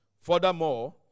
Furthermore